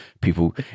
people